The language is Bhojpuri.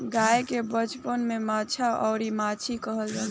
गाय के बचवन के बाछा अउरी बाछी कहल जाला